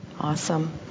Awesome